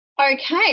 Okay